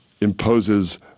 imposes